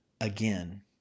again